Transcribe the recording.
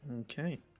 Okay